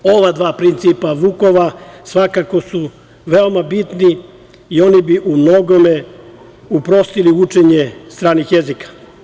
Ova dva Vukova principa svakako su veoma bitni i oni bi u mnogome uprostili učenje stranih jezika.